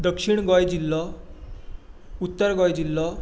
दक्षिण गोंय जिल्लो उत्तर गोंय जिल्लो